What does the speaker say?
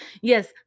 Yes